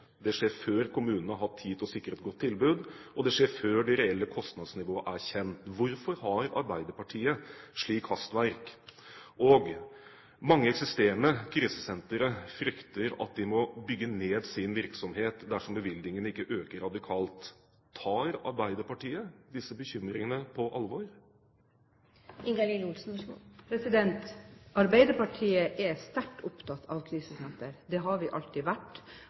Det skjer før kommunene har hatt tid til å sikre et godt tilbud, og det skjer før det reelle kostnadsnivået er kjent. Hvorfor har Arbeiderpartiet slikt hastverk? Og: Mange eksisterende krisesentre frykter at de må bygge ned sin virksomhet dersom bevilgningene ikke øker radikalt. Tar Arbeiderpartiet disse bekymringene på alvor? Arbeiderpartiet er sterkt opptatt av krisesentre, det har vi alltid vært.